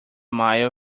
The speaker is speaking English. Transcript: mile